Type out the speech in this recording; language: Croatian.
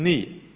Nije.